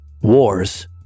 wars